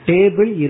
Table